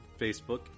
Facebook